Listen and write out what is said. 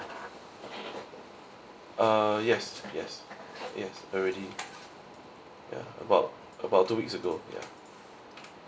uh yes yes yes already ya about about two weeks ago ya